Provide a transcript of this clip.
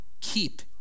Keep